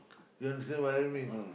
you understand what I mean